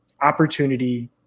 opportunity